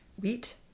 wheat